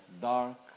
dark